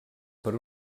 per